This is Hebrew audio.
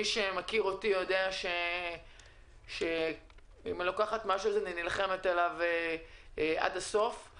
מי שמכיר אותי יודע שאם אני לוקחת משהו אני נלחמת עליו עד הסוף,